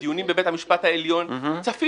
בדיונים בבית המשפט העליון, צפינו.